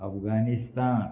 Afghanistan